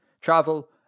travel